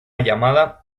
llamada